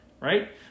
right